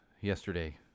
yesterday